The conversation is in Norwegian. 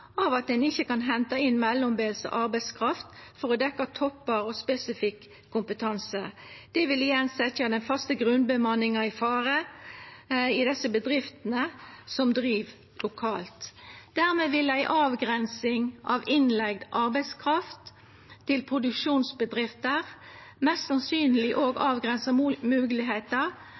av at ein ikkje kan henta inn mellombels arbeidskraft for å dekkja toppar og spesifikk kompetanse. Det vil igjen setja den faste grunnbemanninga i fare i desse bedriftene som driv lokalt. Dermed vil ei avgrensing av innleigd arbeidskraft til produksjonsbedrifter mest sannsynleg òg avgrensa